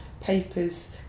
papers